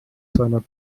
seiner